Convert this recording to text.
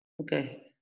Okay